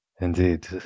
indeed